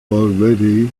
already